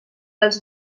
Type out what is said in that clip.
els